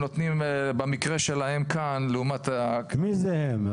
במקרה שלהם הם --- מי זה "הם"?